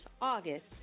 August